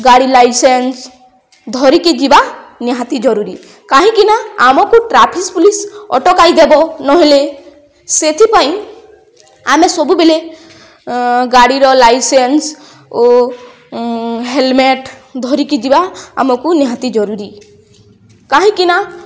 ଗାଡ଼ି ଲାଇସେନ୍ସ ଧରିକି ଯିବା ନିହାତି ଜରୁରୀ କାହିଁକିନା ଆମକୁ ଟ୍ରାଫିସ ପୋଲିସ ଅଟକାଇ ଦବ ନହେଲେ ସେଥିପାଇଁ ଆମେ ସବୁବେଲେ ଗାଡ଼ିର ଲାଇସେନ୍ସ ଓ ହେଲମେଟ ଧରିକି ଯିବା ଆମକୁ ନିହାତି ଜରୁରୀ କାହିଁକିନା